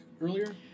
earlier